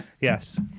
Yes